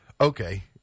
Okay